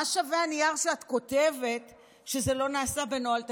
מה שווה הנייר שאת כותבת עליו שזה לא נעשה בנוהל תקין,